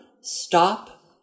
stop